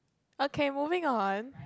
okay moving on